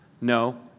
No